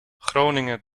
groningen